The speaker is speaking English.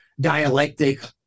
dialectic